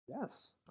Yes